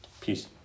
peace